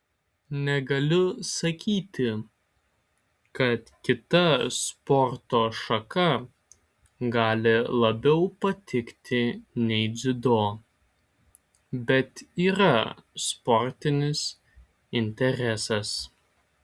negaliu sakyti kad kita sporto šaka gali labiau patikti nei dziudo bet yra sportinis interesas